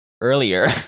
earlier